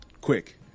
quick